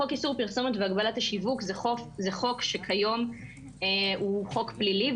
חוק איסור פרסום והגבלת השיווק זה חוק שקיום הוא פלילי,